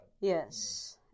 Yes